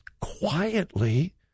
quietly